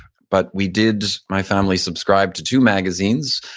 but we did my family subscribe to two magazines.